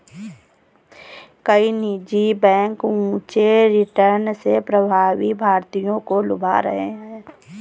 कई निजी बैंक ऊंचे रिटर्न से प्रवासी भारतीयों को लुभा रहे हैं